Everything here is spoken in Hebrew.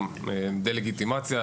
הדה לגיטימיזציה,